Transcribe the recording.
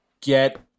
get